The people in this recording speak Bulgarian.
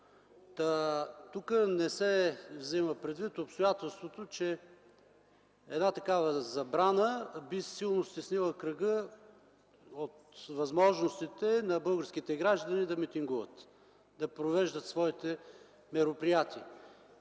Тук не се взема предвид обстоятелството, че една такава забрана силно би стеснила кръга от възможностите на българските граждани да митингуват, да провеждат своите мероприятия.